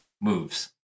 moves